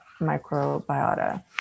microbiota